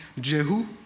Jehu